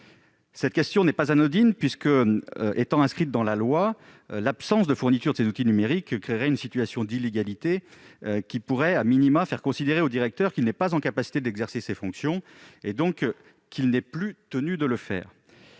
Cette question n'est pas anodine, puisqu'il est inscrit dans la loi que l'absence de fourniture de ces outils numériques créerait une situation d'illégalité. Une telle situation pourrait,, faire considérer au directeur qu'il n'est pas en capacité d'exercer ses fonctions, donc qu'il n'est plus tenu de le faire.